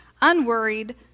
unworried